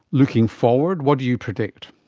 looking forward, what do you predict?